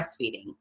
breastfeeding